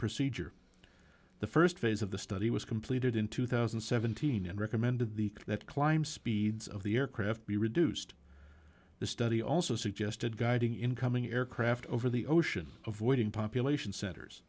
procedure the st phase of the study was completed in two thousand and seventeen and recommended the that climb speeds of the aircraft be reduced the study also suggested guiding incoming aircraft over the ocean avoiding population centers